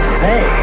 say